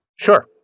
Sure